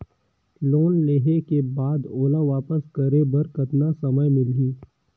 Loan लेहे के बाद ओला वापस करे बर कतना समय मिलही?